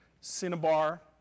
cinnabar